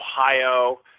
Ohio